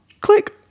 Click